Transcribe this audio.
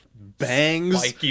bangs